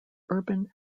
urban